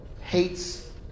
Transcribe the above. hates